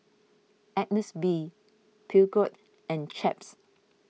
Agnes B Peugeot and Chaps